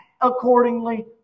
accordingly